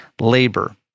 labor